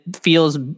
feels